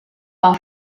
while